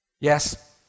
Yes